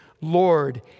Lord